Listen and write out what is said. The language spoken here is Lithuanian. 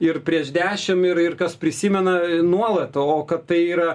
ir prieš dešimt ir ir kas prisimena nuolat o kad tai yra